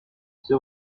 ses